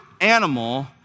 animal